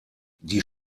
die